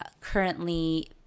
currently